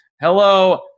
Hello